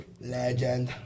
legend